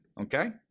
Okay